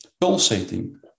pulsating